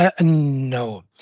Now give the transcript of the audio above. no